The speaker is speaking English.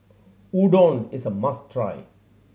udon is a must try